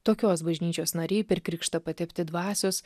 tokios bažnyčios nariai per krikštą patepti dvasios